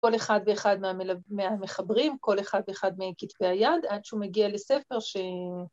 ‫כל אחד ואחד מהמחברים, ‫כל אחד ואחד מכתבי היד, ‫עד שהוא מגיע לספר ש...